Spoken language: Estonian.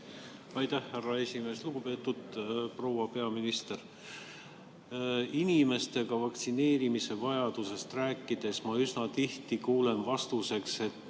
Aitäh, härra esimees! Lugupeetud proua peaminister! Inimestega vaktsineerimise vajadusest rääkides ma üsna tihti kuulen vastuseks: